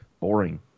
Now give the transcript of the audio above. boring